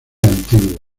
antiguo